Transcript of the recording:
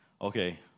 Okay